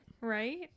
Right